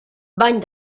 bany